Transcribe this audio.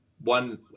One